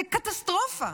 זה קטסטרופה.